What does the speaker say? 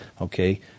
okay